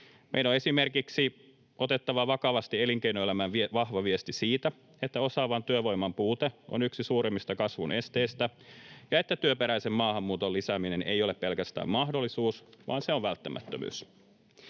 Meidän on esimerkiksi otettava vakavasti elinkeinoelämän vahva viesti siitä, että osaavan työvoiman puute on yksi suurimmista kasvun esteistä ja että työperäisen maahanmuuton lisääminen ei ole pelkästään mahdollisuus, vaan se on välttämättömyys.